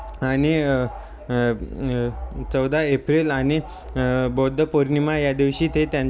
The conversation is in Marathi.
आणि चौदा एप्रिल आणि बौद्ध पौर्णिमा या दिवशी ते त्यांचे